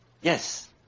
Yes